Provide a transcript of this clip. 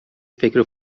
فکر